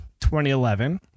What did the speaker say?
2011